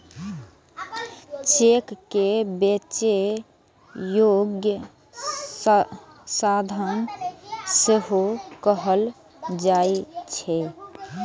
cheque कें बेचै योग्य साधन सेहो कहल जाइ छै